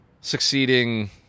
succeeding